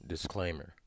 Disclaimer